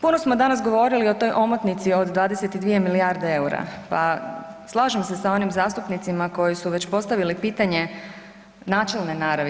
Puno smo danas govorili o toj omotnici od 22 milijarde EUR-a, pa slažem se sa onim zastupnicima koji su već postavili pitanje načelne naravi.